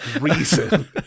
reason